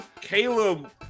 Caleb